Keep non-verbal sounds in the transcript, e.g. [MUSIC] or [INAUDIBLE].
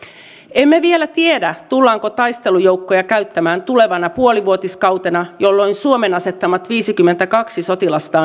emme vielä tiedä tullaanko taistelujoukkoja käyttämään tulevana puolivuotiskautena jolloin suomen asettamat viisikymmentäkaksi sotilasta [UNINTELLIGIBLE]